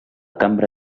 cambra